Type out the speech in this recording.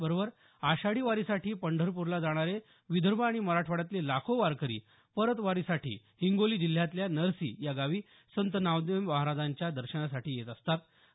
त्याचबरोबर आषाढी वारीसाठी पंढरपूरला जाणारे विदर्भ आणि मराठवाड्यातले लाखो वारकरी परतवारीसाठी हिंगोली जिल्ह्यातल्या नरसी या गावी संत नामदेव महाराजांच्या दर्शनासाठी येत असतात